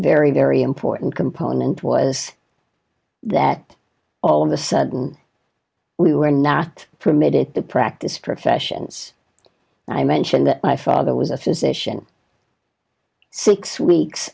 very very important component was that all of a sudden we were not permitted to practice professions and i mentioned that my father was a physician six weeks